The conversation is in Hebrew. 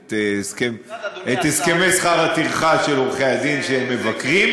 את הסכמי שכר הטרחה של עורכי-הדין שמבקרים.